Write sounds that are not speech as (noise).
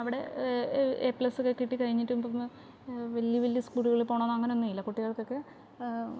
അവിടെ എ പ്ലസൊക്കെ കിട്ടി കഴിഞ്ഞിട്ട് (unintelligible) വലിയ വലിയ സ്കൂളുകളിൽ പോകണോ എന്നോ അങ്ങനെയൊന്നും ഇല്ല കുട്ടികൾക്കൊക്കെ